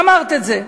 אמרת את זה.